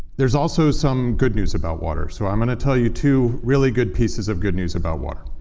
there's also some good news about water. so i'm going to tell you two really good pieces of good news about water.